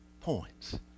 points